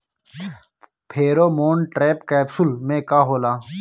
Pheromone trap capsule में का होला?